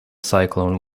cyclone